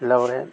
ପିଲାବେଳେ